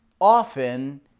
often